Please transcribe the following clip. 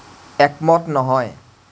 একমত নহয়